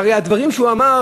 והרי הדברים שהוא אמר,